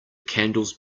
candles